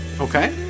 Okay